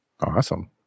Awesome